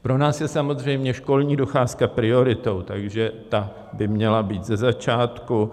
Pro nás je samozřejmě školní docházka prioritou, takže ta by měla být ze začátku.